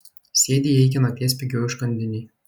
sėdi jie iki nakties pigioj užkandinėj